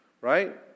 right